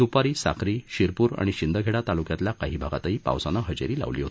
द्पारी साक्री शिरपूर आणि शिंदखेडा ताल्क्यातील काही भागातही पावसाने हजेरी लावली आहे